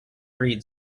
read